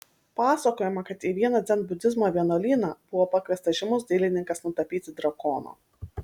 pasakojama kad į vieną dzenbudizmo vienuolyną buvo pakviestas žymus dailininkas nutapyti drakono